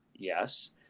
Yes